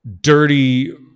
dirty